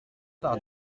par